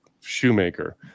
Shoemaker